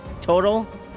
total